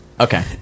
Okay